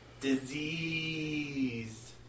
Disease